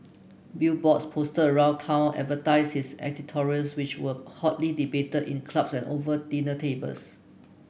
billboards posted around town advertised his editorials which were hotly debated in clubs and over dinner tables